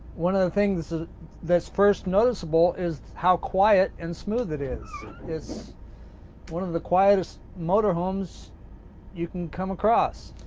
one of the things that's first noticeable is how quiet and smooth it is. it's one of the quietest motor homes you can come across.